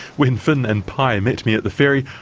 when fin and pai met me at the ferry,